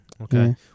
Okay